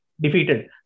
defeated